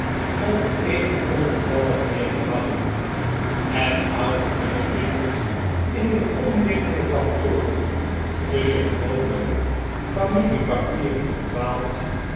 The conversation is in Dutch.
of even onbevallig neer te hangcn en oude minnebrieven in de omliggende kantoren tusschen hoopen familiepapieren verdwaald